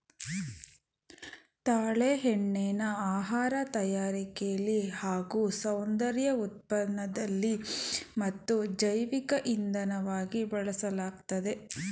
ತಾಳೆ ಎಣ್ಣೆನ ಆಹಾರ ತಯಾರಿಕೆಲಿ ಹಾಗೂ ಸೌಂದರ್ಯ ಉತ್ಪನ್ನದಲ್ಲಿ ಮತ್ತು ಜೈವಿಕ ಇಂಧನವಾಗಿ ಬಳಸಲಾಗ್ತದೆ